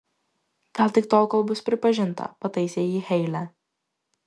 gal tik tol kol bus pripažinta pataisė jį heile